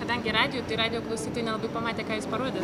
kadangi radijui radijo klausytojai nelabai pamatė ką jis parodė